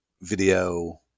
video